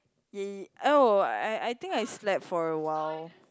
oh I I think I slept for a while